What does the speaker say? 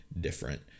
different